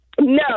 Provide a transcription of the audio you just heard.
No